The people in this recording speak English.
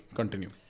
continue